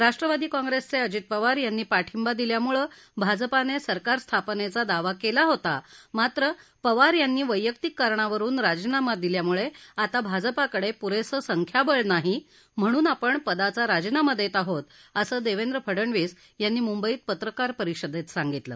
राष्ट्रवादी काँग्रेसचे अजित पवार यांनी पाठिंबा दिल्याम्ळं भाजपाने सरकार स्थापनेचा दावा केला होता मात्र पवार यांनी वैयक्तिक कारणावरुन राजीनामा दिल्याम्ळं आता भाजपाकडे प्रेसं संख्याबळ नाही म्हणून आपण पदाचा राजीनामा देत आहोत असं देवेंद्र फडणवीस यांनी म्ंबईत पत्रकार परिषदेत सांगितलं